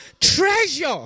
treasure